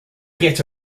get